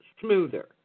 smoother